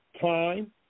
time